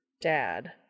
dad